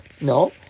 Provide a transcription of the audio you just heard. No